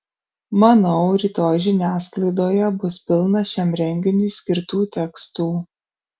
manau rytoj žiniasklaidoje bus pilna šiam renginiui skirtų tekstų